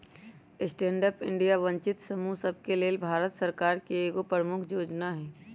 stand up India वंचित समूह सभके लेल भारत सरकार के एगो प्रमुख जोजना हइ